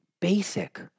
basic